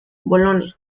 bolonia